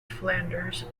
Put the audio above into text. flanders